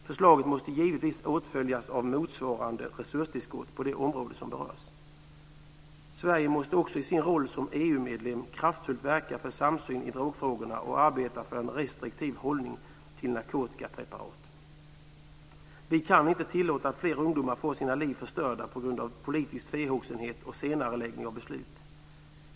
Förslaget måste givetvis åtföljas av motsvarande resurstillskott på de områden som berörs. Sverige måste också i sin roll som EU-medlem kraftfullt verka för samsyn i drogfrågorna och arbeta för en restriktiv hållning till narkotikapreparat. Vi kan inte tillåta att fler ungdomar får sina liv förstörda på grund av politisk tvehågsenhet och senareläggning av beslut.